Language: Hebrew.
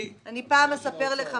אני פעם אספר לך מה זה נורמה.